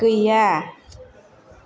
गैया